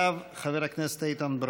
תודה לחבר הכנסת אכרם חסון.